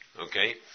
okay